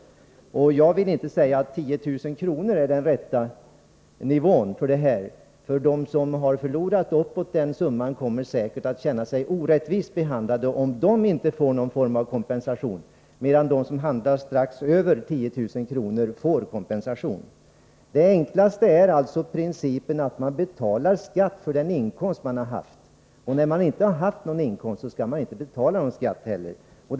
Jag vill inte säga att 10 000 kr. är den rätta nivån. De som har förlorat uppåt Nr 93 den summan kommer säkert att känna sig orättvist behandlade om de inte får Onsdagen den någon form av kompensation medan de som hamnar strax över 10 000 kr. får 7 mars 1984 det. Det enklaste är att följa principen att man betalar skatt för den inkomst Den skattemässiga man har haft. När man inte har haft någon inkomst skall man inte heller behandlingen av betala någon skatt.